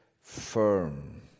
firm